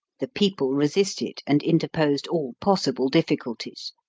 the people resisted, and interposed all possible difficulties.